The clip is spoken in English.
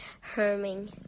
herming